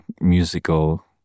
musical